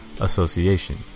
Association